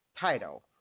title